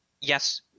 yes